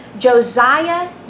Josiah